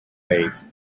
based